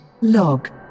Log